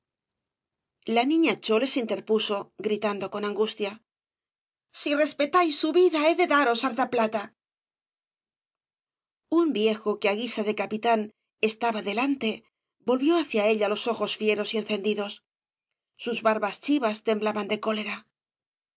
la niña chole se interpuso gritando con angustia si respetáis su vida he de daros harta plata un viejo que á guisa de capitán estaba delante volvió hacia ella los ojos fieros y encendidos sus barbas chivas temblaban de